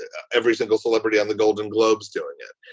ah every single celebrity on the golden globes doing it.